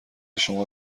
شما